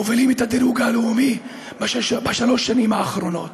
מובילים את הדירוג הלאומי בשלוש השנים האחרונות.